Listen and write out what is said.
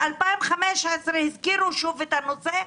ב-2015 הזכירו שוב את הנושא.